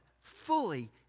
fully